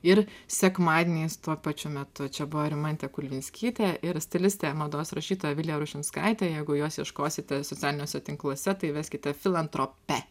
ir sekmadieniais tuo pačiu metu čia buvo rimantė kulvinskytė ir stilistė mados rašytoja vilija rušinskaitė jeigu jos ieškosite socialiniuose tinkluose tai veskite filantropė